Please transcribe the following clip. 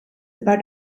about